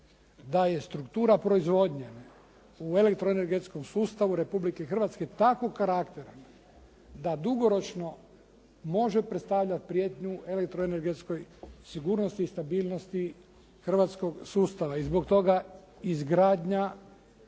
da je struktura proizvodnje u elektroenergetskom sustavu Republike Hrvatske takvog karaktera da dugoročno može predstavljat prijetnju elektroenergetskoj sigurnosti i stabilnosti hrvatskog sustava. I zbog toga izgradnja,